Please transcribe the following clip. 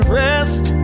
rest